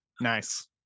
nice